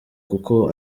kuko